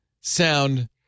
sound